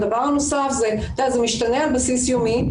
את יודעת, זה משתנה על בסיס יומי.